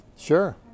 Sure